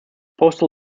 postal